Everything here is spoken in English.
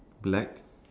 black